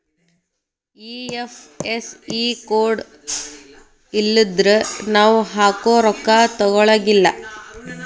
IFSC code ಇಲ್ಲನ್ದ್ರ ನಾವ್ ಹಾಕೊ ರೊಕ್ಕಾ ತೊಗೊಳಗಿಲ್ಲಾ